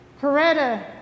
Coretta